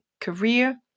career